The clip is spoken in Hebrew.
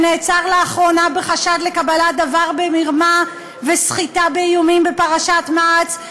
שנעצר לאחרונה בחשד לקבלת דבר במרמה וסחיטה באיומים בפרשת מע"צ?